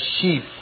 sheep